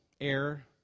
Air